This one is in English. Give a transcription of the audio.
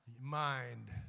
mind